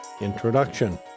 Introduction